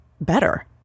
better